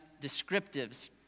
descriptives